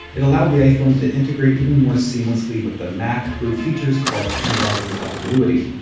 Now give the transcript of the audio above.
it allowed the iphone to integrate even more seamlessly with the mac through features called hand off and continuity.